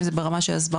אם זה ברמה של הסברה,